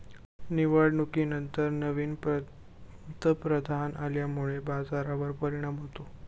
निवडणुकांनंतर नवीन पंतप्रधान आल्यामुळे बाजारावर परिणाम होतो